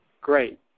great